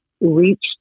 reach